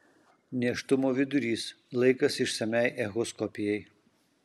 nėštumo vidurys laikas išsamiai echoskopijai